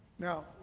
Now